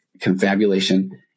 confabulation